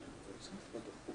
הצבעה הבקשה